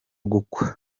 gukwa